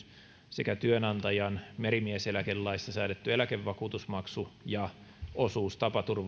sekä työnantajan merimieseläkelaissa säädetty eläkevakuutusmaksu ja osuus